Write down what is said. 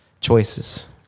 choices